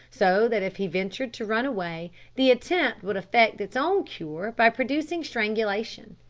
so that if he ventured to run away the attempt would effect its own cure by producing strangulation.